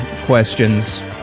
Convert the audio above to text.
questions